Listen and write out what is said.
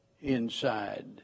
inside